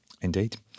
indeed